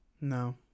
No